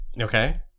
Okay